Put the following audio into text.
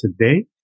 today